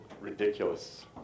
Ridiculous